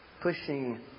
Pushing